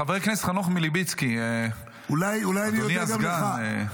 חבר הכנסת חנוך מלביצקי, אדוני הסגן.